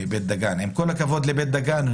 עם כל הכבוד לבית דגן,